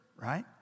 right